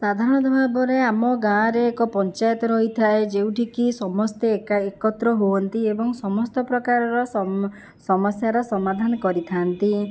ସାଧାରଣତଃ ଭାବରେ ଆମ ଗାଁରେ ଏକ ପଞ୍ଚାୟତ ରହିଥାଏ ଯେଉଁଠି କି ସମସ୍ତେ ଏକା ଏକତ୍ର ହୁଅନ୍ତି ଏବଂ ସମସ୍ତ ପ୍ରକାରର ସମ ସମସ୍ୟାର ସମାଧାନ କରିଥାନ୍ତି